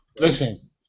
Listen